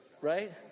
Right